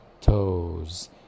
toes